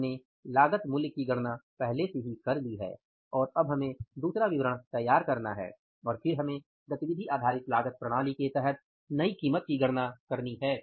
हमने लागत मूल्य की गणना पहले से ही कर ली है और अब हमें दूसरा विवरण तैयार करना है और फिर हमें एबीसी के तहत नई कीमत की गणना करनी है